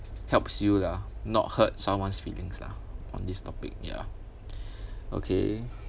helps you lah not hurt someone's feelings lah on this topic ya okay